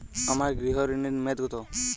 আমার গৃহ ঋণের মেয়াদ কত?